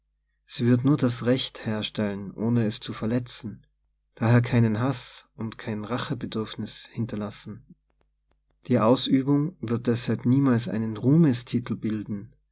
sie wird nur das recht herstellen ohne es zu verletzen daher keinen haß und kein rachebedürfnis hinter lassen die ausübung wird deshalb niemals einen ruhmestitel bilden